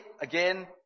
again